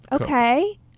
Okay